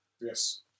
Yes